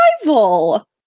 survival